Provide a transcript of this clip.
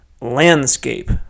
landscape